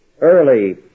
early